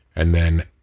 and then,